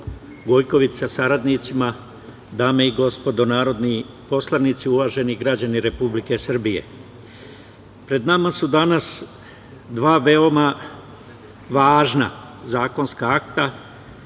Gojković, sa saradnicima, dame i gospodo narodni poslanici, uvaženi građani Republike Srbije, pred nama su danas dva veoma važna zakonska akta